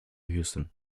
houston